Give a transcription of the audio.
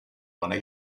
wanna